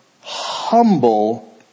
humble